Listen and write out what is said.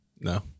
No